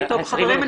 חברים,